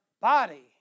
body